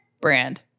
brand